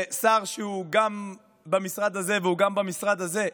ושר שהוא גם במשרד הזה וגם במשרד הזה,